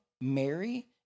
Mary